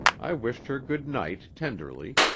i wished her good-night tenderly,